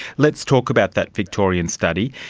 let's talk about that victorian study.